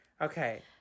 Okay